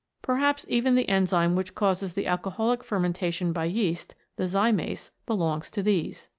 perhaps even the enzyme which causes the alcoholic fermentation by yeast, the zymase, belongs to these.